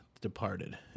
Departed